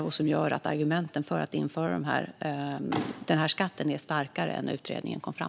Det gör att argumenten för att införa skatten är starkare än när utredningen kom fram.